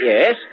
Yes